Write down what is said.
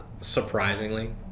surprisingly